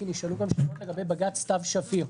כי נשאלו גם שאלות לגבי בג"ץ סתיו שפיר,